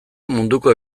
munduko